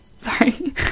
sorry